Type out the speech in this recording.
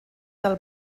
del